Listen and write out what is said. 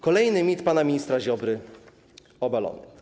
Kolejny mit pana ministra Ziobry obalony.